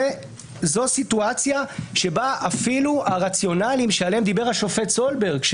זו סיטואציה שבה אפילו הרציונלים שעליהם דיבר השופט סולברג,